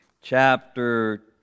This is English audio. chapter